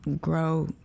grow